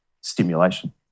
stimulation